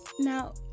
now